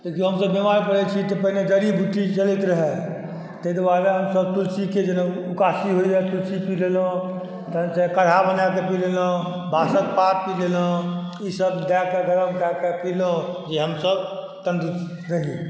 जे हमसब बेमार पड़ै छी तऽ पहिने जड़ी बूटी चलैत रहै ताहि दुआरे हमसब तुलसीके जेना उकासी होइया तऽ तुलसी पी लेलहुँ तहन जे काढ़ा बनेकए पी लेलहुँ बाकसक पात पी लेलहुँ ई सब दए कए गरम कए कऽ पीलहुँ जे हमसब तनदुरुस रही